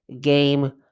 Game